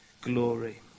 glory